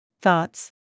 Thoughts